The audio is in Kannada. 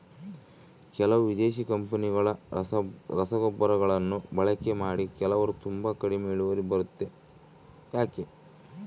ಕೆಲವು ವಿದೇಶಿ ಕಂಪನಿಗಳ ರಸಗೊಬ್ಬರಗಳನ್ನು ಬಳಕೆ ಮಾಡಿ ಕೆಲವರು ತುಂಬಾ ಕಡಿಮೆ ಇಳುವರಿ ಬರುತ್ತೆ ಯಾಕೆ?